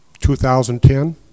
2010